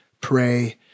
pray